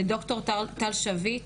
לד"ר טל שביט,